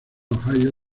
ohio